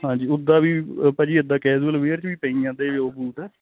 ਹਾਂਜੀ ਉੱਦਾਂ ਵੀ ਭਾਅ ਜੀ ਇਦਾਂ ਕੈਜ਼ੁਅਲ ਵੇਅਰ 'ਚ ਵੀ ਪਈਆਂ ਤੇ ਉਹ ਬੂਟ